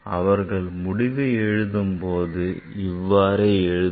அவர்கள் முடிவை எழுதும்போதும் இவ்வாறே எழுதுவர்